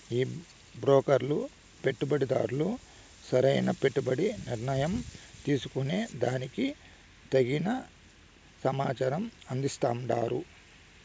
ఈ బ్రోకర్లు పెట్టుబడిదార్లు సరైన పెట్టుబడి నిర్ణయం తీసుకునే దానికి తగిన సమాచారం అందిస్తాండారు